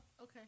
okay